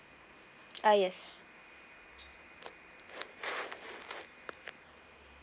uh yes